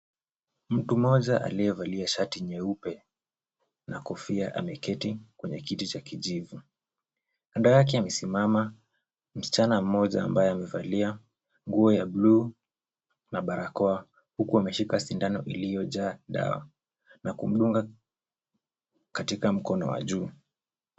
Mtu mmoja alyevalia shati nyeupe na kofia ameketi kwenye kiti cha kijivu. Kando yake amesimama msichana mmoja ambaye amevalia nguo ya blue na barakoa huku ameshika sindano iliyojaa dawa na kumdunga katika mkono wa juu.